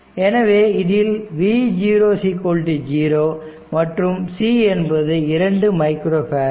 எனவே இதில் v 0 மற்றும் c என்பது 2 மைக்ரோ ஃபேரட்